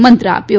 મંત્ર આપ્યો